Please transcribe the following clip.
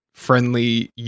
friendly